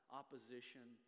opposition